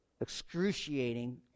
excruciating